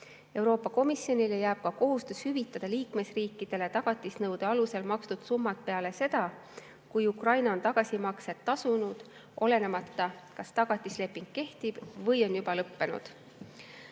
Euroopa Komisjonile jääb ka kohustus hüvitada liikmesriikidele tagatisnõude alusel makstud summad peale seda, kui Ukraina on tagasimaksed tasunud, olenemata sellest, kas tagatisleping kehtib või on juba lõppenud. Austatud